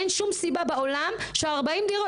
אין שום סיבה בעולם לגבי 40 דירות.